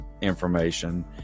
information